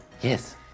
Yes